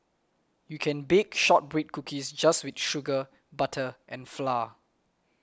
you can bake Shortbread Cookies just with sugar butter and flour